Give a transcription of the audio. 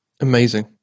Amazing